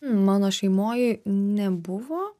mano šeimoj nebuvo